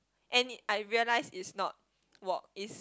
and I realise is not walk it's